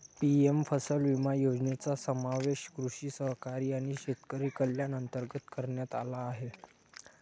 PM फसल विमा योजनेचा समावेश कृषी सहकारी आणि शेतकरी कल्याण अंतर्गत करण्यात आला आहे